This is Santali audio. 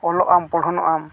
ᱚᱞᱚᱜ ᱟᱢ ᱯᱚᱲᱦᱚᱱᱚᱜ ᱟᱢ